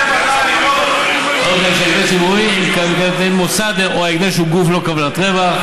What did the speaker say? או של הקדש ציבורי אם המוסד או ההקדש הוא גוף ללא כוונת רווח,